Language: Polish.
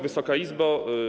Wysoka Izbo!